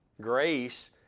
Grace